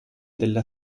della